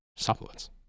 supplements